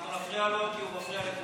אנחנו נפריע לו, כי הוא מפריע לכולם.